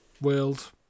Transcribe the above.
world